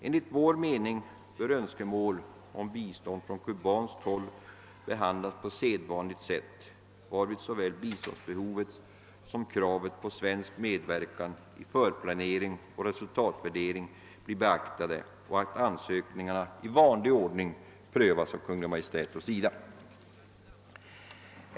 Enligt vår mening bör önskemål om bistånd från cubanskt håll behandlas på sedvanligt sätt, varvid såväl biståndsbehovet som kravet på svensk medverkan vid förplanering och resultatvärdering blir beaktade och ansökningarna i vanlig ordning prövade av Kungl. Maj:t och SIDA.